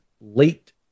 late